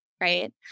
right